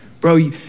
Bro